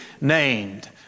named